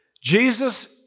Jesus